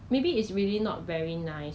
err 他的